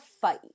fight